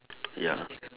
ya